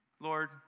Lord